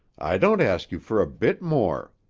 i don't ask you for a bit more.